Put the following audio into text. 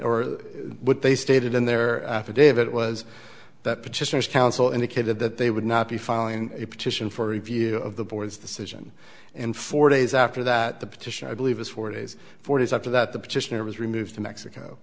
or what they stated in their affidavit was that petitioners counsel indicated that they would not be filing a petition for review of the board's decision and four days after that the petition i believe is four days four days after that the petitioner was removed to mexico